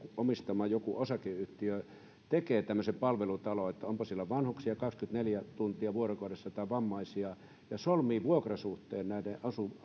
omistama osakeyhtiö tekee tämmöisen palvelutalon olipa siellä vanhuksia kaksikymmentäneljä tuntia vuorokaudessa tai vammaisia ja solmii vuokrasuhteen näiden